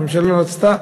הממשלה לא רצתה,